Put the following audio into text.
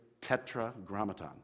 tetragrammaton